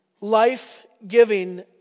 life-giving